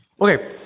Okay